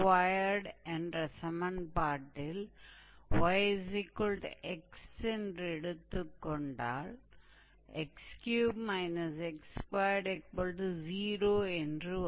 𝑦3𝑥2 என்ற சமன்பாட்டில் 𝑦 𝑥 என்று எடுத்துக் கொண்டால் 𝑥3−𝑥2 0 என்று வரும்